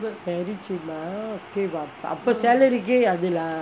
very cheap lah okay தான் அப்பே:thaan appae salary கு:ku okay lah